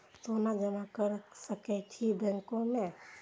सोना जमा कर सके छी बैंक में?